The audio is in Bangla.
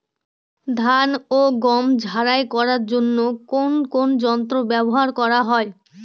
ধান ও গম ঝারাই করার জন্য কোন কোন যন্ত্র ব্যাবহার করা হয়?